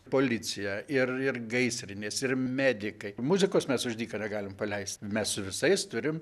policija ir ir gaisrinės ir medikai muzikos mes už dyką negalim paleist mes su visais turim